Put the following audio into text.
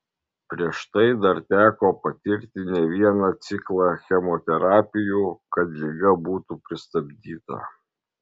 prieš tai dar teko patirti ne vieną ciklą chemoterapijų kad liga būtų pristabdyta